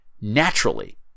naturally